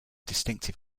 distinctive